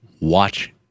Watch